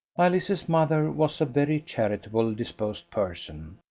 alice's mother was a very charitably disposed person,